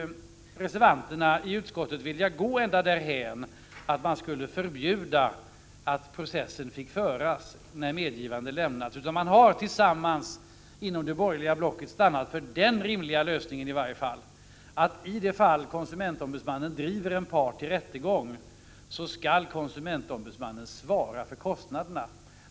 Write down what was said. Reservanterna i utskottet har nu inte velat gå ända därhän att man skulle förbjuda att process fick föras när medgivande lämnats, utan man har tillsammans inom det borgerliga blocket stannat för den rimliga lösningen att i de fall då konsumentombudsmannen driver en part till rättegång skall konsumentombudsmannen svara för kostnaderna.